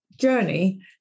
journey